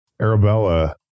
Arabella